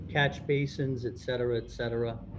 catch basins, et cetera, et cetera.